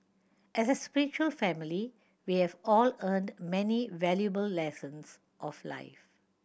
as a spiritual family we have all earned many valuable lessons of life